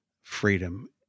freedom